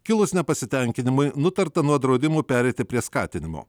kilus nepasitenkinimui nutarta nuo draudimų pereiti prie skatinimo